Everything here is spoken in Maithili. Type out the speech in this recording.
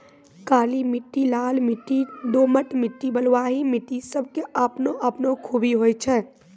काली मिट्टी, लाल मिट्टी, दोमट मिट्टी, बलुआही मिट्टी सब के आपनो आपनो खूबी होय छै